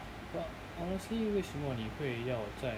but honestly 为什么你会要在